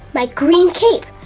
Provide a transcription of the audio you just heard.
my green cape.